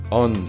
on